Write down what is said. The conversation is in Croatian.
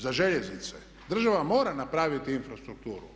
Za željeznice država mora napraviti infrastrukturu.